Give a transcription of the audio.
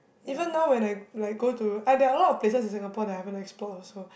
even now when I like I go to ah there are lot of places in Singapore that I haven't explored also